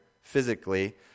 physically